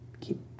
keep